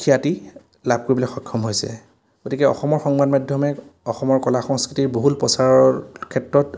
খ্যাতি লাভ কৰিবলৈ সক্ষম হৈছে গতিকে অসমৰ সংবাদ মাধ্যমে অসমৰ কলা সংস্কৃতিৰ বহুল প্ৰচাৰৰ ক্ষেত্ৰত